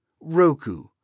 Roku